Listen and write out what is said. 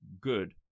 good